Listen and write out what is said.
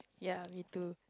ya me too